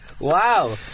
Wow